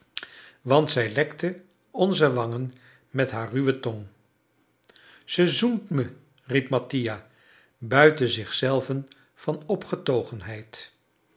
want zij lekte onze wangen met haar ruwe tong ze zoent me riep mattia buiten zich zelven van